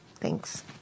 thanks